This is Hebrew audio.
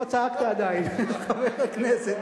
לא צעקת עדיין, חבר הכנסת.